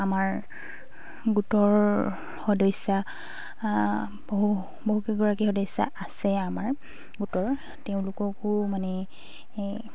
আমাৰ গোটৰ সদস্যা বহু বহুকেইগৰাকী সদস্যা আছে আমাৰ গোটৰ তেওঁলোককো মানে